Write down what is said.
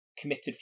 committed